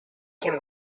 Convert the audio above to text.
can